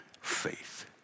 faith